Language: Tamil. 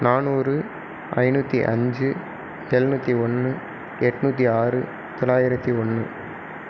நானூறு ஐநூற்றி அஞ்சு எழுநூற்றி ஒன்று எட்நூற்றி ஆறு தொள்ளாயிரத்து ஒன்று